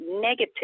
negative